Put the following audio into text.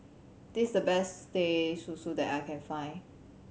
this's the best Teh Susu that I can find